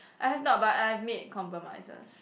I have not but I've made compromises